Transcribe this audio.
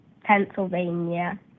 Pennsylvania